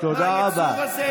איזו מחצית?